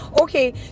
okay